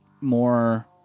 more